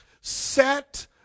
Set